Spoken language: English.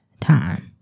time